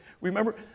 Remember